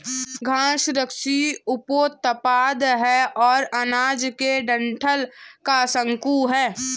घास कृषि उपोत्पाद है और अनाज के डंठल का शंकु है